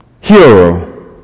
hero